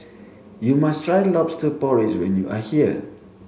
you must try lobster porridge when you are here